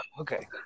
Okay